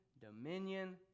dominion